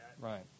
Right